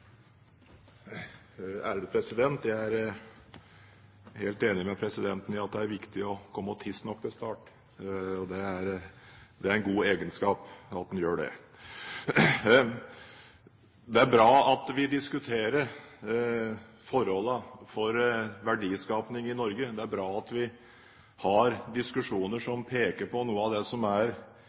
helt enig med presidenten i at det er viktig å komme tidsnok til start. Det er en god egenskap at man gjør det. Det er bra at vi diskuterer forholdene for verdiskaping i Norge. Det er bra at vi har diskusjoner som peker på noe av det som kanskje er